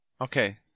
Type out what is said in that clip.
Okay